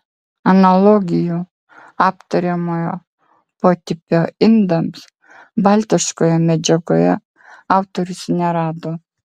analogijų aptariamojo potipio indams baltiškoje medžiagoje autorius nerado